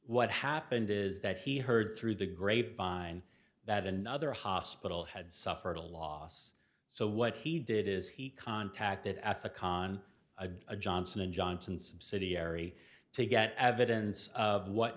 what happened is that he heard through the grapevine that another hospital had suffered a loss so what he did is he contacted at the con a johnson and johnson subsidiary to get evidence of what